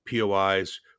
POIs